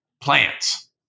plants